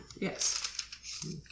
Yes